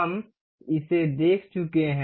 हम इसे देख चुके हैं